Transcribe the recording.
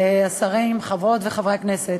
השרים, חברות וחברי הכנסת,